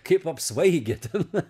kaip apsvaigę ten